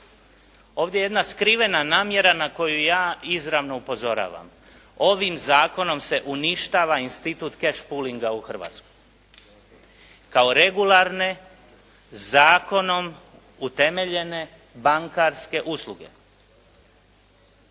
Ovdje je jedna skrivena namjera na koju ja izravno upozoravam. Ovim Zakonom se uništava institut catch pullinga u Hrvatskoj kao regularne zakonom utemeljene bankarske usluge.